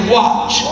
watch